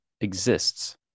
exists